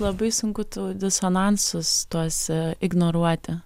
labai sunku tų disonansus tuose ignoruoti